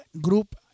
group